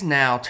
now